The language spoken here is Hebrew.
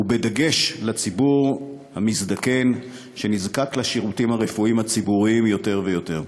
ובדגש על הציבור המזדקן שנזקק לשירותים הרפואיים הציבוריים יותר ויותר.